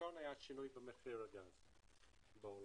הראשון שינוי במחיר הגז בעולם.